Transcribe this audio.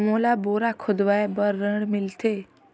मोला बोरा खोदवाय बार ऋण मिलथे?